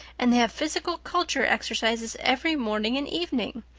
and they have physical culture exercises every morning and evening.